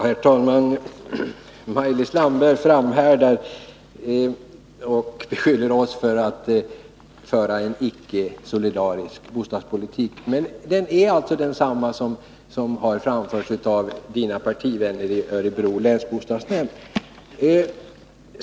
Herr talman! Maj-Lis Landberg framhärdar och beskyller oss för att föra en icke solidarisk bostadspolitik. Men politiken är ju densamma som den som har förts av Maj-Lis Landbergs partivänner i Örebro länsbostadsnämnd.